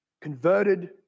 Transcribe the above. Converted